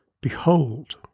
Behold